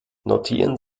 notieren